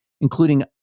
including